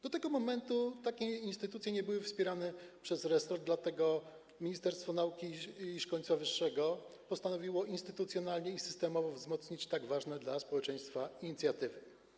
Do tego momentu takie instytucje nie były wspierane przez resort, dlatego Ministerstwo Nauki i Szkolnictwa Wyższego postanowiło instytucjonalnie i systemowo wzmocnić tak ważne dla społeczeństwa inicjatywy.